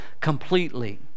completely